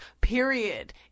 period